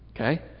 Okay